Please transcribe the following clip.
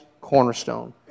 cornerstone